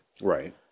Right